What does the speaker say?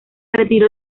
retiró